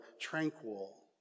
tranquil